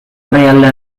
orrialde